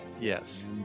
Yes